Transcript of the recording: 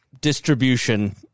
distribution